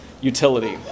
utility